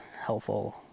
helpful